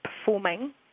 performing